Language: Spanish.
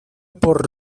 por